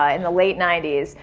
ah in the late ninety s.